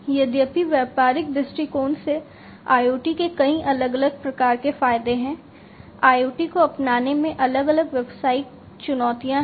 यद्यपि व्यापारिक दृष्टिकोण से IoT के कई अलग अलग प्रकार के फायदे हैं IoT को अपनाने में अलग अलग व्यावसायिक चुनौतियां हैं